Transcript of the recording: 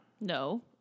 No